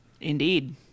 Indeed